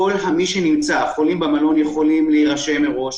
החולים במלון יכולים להירשם מראש,